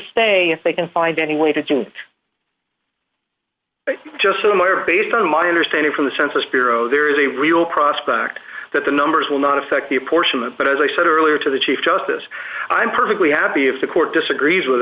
stay if they can find any way to do just similar based on my understanding from the census bureau there is a real prospect that the numbers will not affect the apportionment but as i said earlier to the chief justice i'm perfectly happy if the court disagrees with